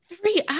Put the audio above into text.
Three